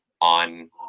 on